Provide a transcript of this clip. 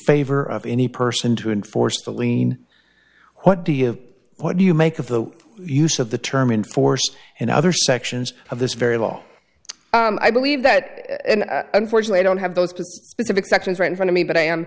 favor of any person to enforce a lien what do you what do you make of the use of the term in force and other sections of this very long i believe that unfortunately don't have those to specific sections right in front of me but i am